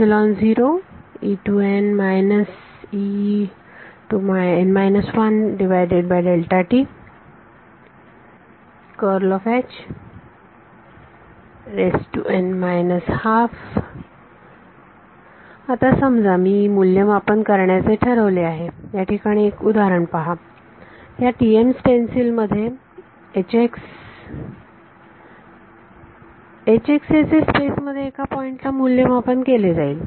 समजा मी मूल्यमापन करण्याचे ठरवले आहे याठिकाणी पहा उदाहरणार्थ ह्या TM स्टेन्सिल मध्ये ह्याचे स्पेस मध्ये एका पॉइंटला मूल्यमापन केले जाईल